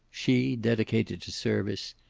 she dedicated to service,